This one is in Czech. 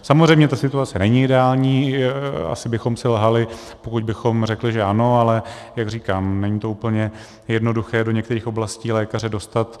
Samozřejmě ta situace není ideální, asi bychom si lhali, pokud bychom řekli, že ano, ale jak říkám, není úplně jednoduché do některých oblastí lékaře dostat.